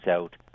out